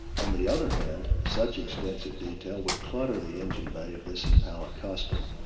on the other hand, such extensive detail would clutter the engine bay of this impala custom.